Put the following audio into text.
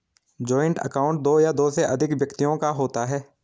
joint account दो या दो से अधिक व्यक्तियों का होता है